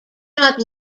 not